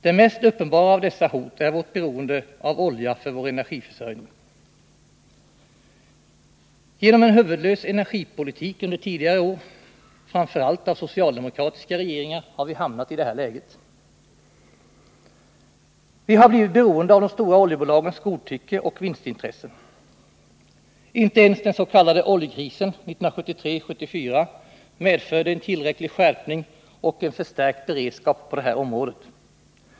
Det mest uppenbara av dessa hot är vårt beroende av olja för vår energiförsörjning. Genom en huvudlös energipolitik under tidigare år, framför allt av socialdemokratiska regeringar, har vi hamnat i det här läget. Vi har blivit beroende av de stora oljebolagens godtycke och vinstintressen. Inte ens dens.k. oljekrisen 1973-74 medförde en tillräcklig skärpning och en förstärkt beredskap på det här området.